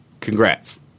Congrats